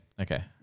okay